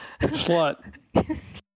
Slut